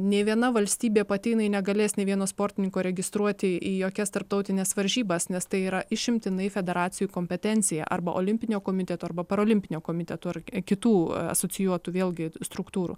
nė viena valstybė pati jinai negalės nei vieno sportininko registruoti į jokias tarptautines varžybas nes tai yra išimtinai federacijų kompetencija arba olimpinio komiteto arba parolimpinio komiteto ar kitų a asocijuotų vėlgi struktūrų